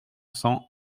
cents